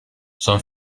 son